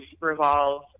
revolve